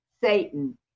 satan